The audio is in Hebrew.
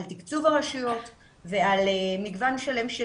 כמו תקצוב הרשויות על ידי משרד הפנים ומגוון שלם של